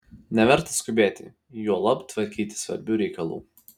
neverta skubėti juolab tvarkyti svarbių reikalų